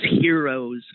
heroes